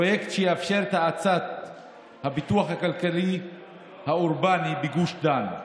פרויקט שיאפשר את האצת הפיתוח הכלכלי האורבני בגוש דן,